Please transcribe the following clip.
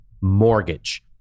mortgage